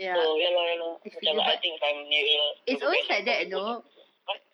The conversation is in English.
so ya lah ya lah macam I think if I'm nearer to the west I probably won't uh what